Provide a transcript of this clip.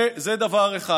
זה דבר אחד.